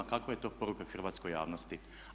Kakva je to poruka hrvatskoj javnosti?